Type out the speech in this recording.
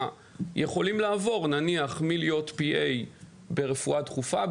יכולים לעבור מלהיות PA ברפואה דחופה,